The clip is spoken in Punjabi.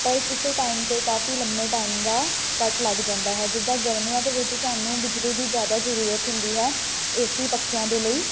ਪਰ ਕਿਸੇ ਟਾਈਮ ਤਾਂ ਕਾਫ਼ੀ ਲੰਮੇ ਟਾਈਮ ਦਾ ਕੱਟ ਲੱਗ ਜਾਂਦਾ ਹੈ ਜਿੱਦਾਂ ਗਰਮੀਆਂ ਦੇ ਵਿੱਚ ਸਾਨੂੰ ਬਿਜਲੀ ਦੀ ਜ਼ਿਆਦਾ ਜ਼ਰੂਰਤ ਹੁੰਦੀ ਹੈ ਏ ਸੀ ਪੱਖਿਆਂ ਦੇ ਲਈ